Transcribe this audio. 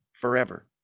forever